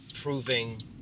proving